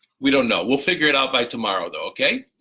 we don't know, we'll figure it out by tomorrow though, okay?